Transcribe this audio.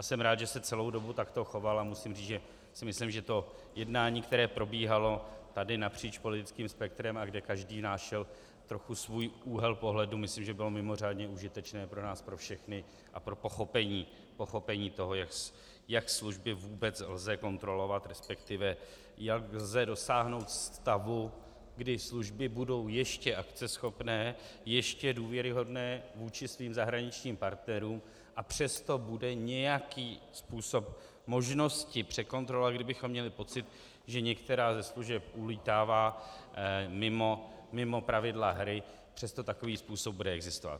Jsem rád, že se celou dobu takto choval, a musím říct, že to jednání, které probíhalo tady napříč politickým spektrem a kde každý našel trochu svůj úhel pohledu, bylo mimořádně užitečné pro nás pro všechny a pro pochopení toho, jak služby vůbec lze kontrolovat, resp. jak lze dosáhnout stavu, kdy služby budou ještě akceschopné, ještě důvěryhodné vůči svým zahraničním partnerům, a přesto bude nějaký způsob možnosti překontrolovat, kdybychom měli pocit, že některá ze služeb ulítává mimo pravidla hry, přesto takový způsob bude existovat.